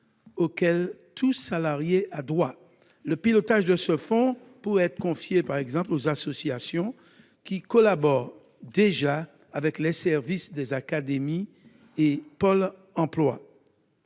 auquel tout salarié a droit. Le pilotage de ce fonds pourrait être confié aux associations qui collaborent déjà avec les services des académies et Pôle emploi.